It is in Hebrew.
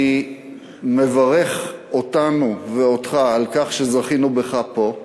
אני מברך אותנו ואותך על כך שזכינו בך פה,